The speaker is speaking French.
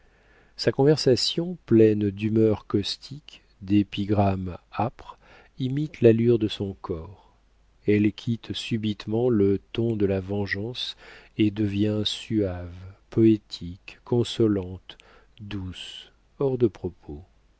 sa conversation pleine d'humeur caustique d'épigrammes âpres imite l'allure de son corps elle quitte subitement le ton de la vengeance et devient suave poétique consolante douce hors de propos